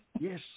Yes